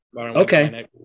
okay